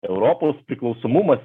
europos priklausomumas